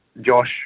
Josh